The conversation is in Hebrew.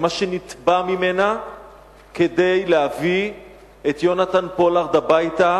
את מה שנתבע ממנה כדי להביא את יונתן פולארד הביתה,